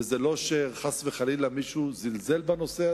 וזה לא שחס וחלילה מישהו זלזל בנושא הזה,